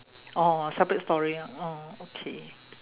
orh separate story orh okay